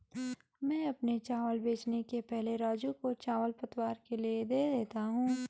मैं अपने चावल बेचने के पहले राजू को चावल पतवार के लिए दे देता हूं